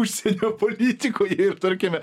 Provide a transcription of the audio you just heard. užsienio politikoje ir tarkime